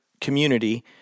community